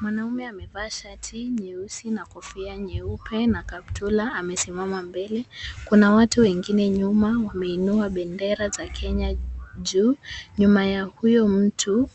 Mwanaume amevaa shati nyeusi na kofia nyeupe na kaptura. Amesimama mbele. Kuna watu wengine nyuma wameinua bendera za Kenya juu. Nyuma ya huyo mtu